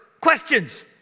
questions